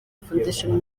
foundation